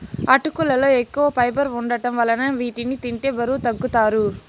అటుకులలో ఎక్కువ ఫైబర్ వుండటం వలన వీటిని తింటే బరువు తగ్గుతారు